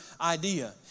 idea